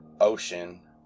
ocean